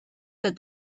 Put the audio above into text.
that